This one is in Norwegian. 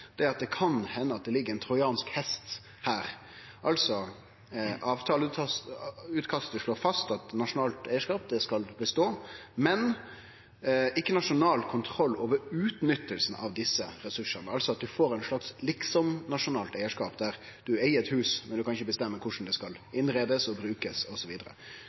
er at det kan hende at det ligg ein trojansk hest her. Avtaleutkastet slår fast at nasjonalt eigarskap skal bestå, men ikkje nasjonal kontroll over utnyttinga av desse ressursane, altså at ein får ein slags «liksom-nasjonal» eigarskap, der ein eiger eit hus, men ikkje kan bestemme korleis det skal